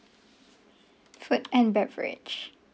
food and beverage